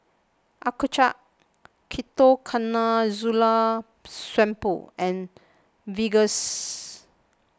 Accucheck Ketoconazole Shampoo and Vagisil